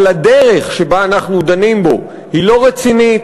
אבל הדרך שבה אנחנו דנים בו היא לא רצינית,